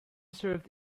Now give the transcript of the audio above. served